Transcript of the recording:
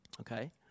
Okay